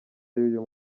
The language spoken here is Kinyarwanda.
y’uyu